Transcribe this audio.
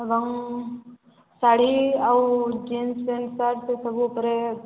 ଏବଂ ଶାଢ଼ୀ ଆଉ jeans pant shirt ଏସବୁ ଉପରେ